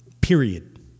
period